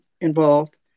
involved